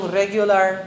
regular